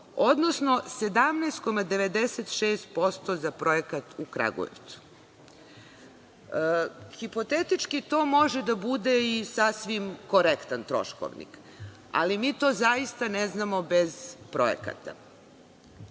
odnosno 17,96% za projekat u Kragujevcu. Hipotetički to može da bude i sasvim korektan troškovnik, ali mi to zaista ne znamo bez projekata. Ukoliko